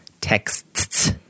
texts